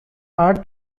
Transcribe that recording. art